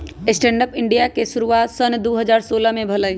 stand up India के शुरुआत सन दू हज़ार सोलह में भेलइ